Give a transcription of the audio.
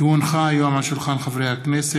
כי הונחו היום על שולחן הכנסת,